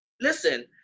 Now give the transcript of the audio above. Listen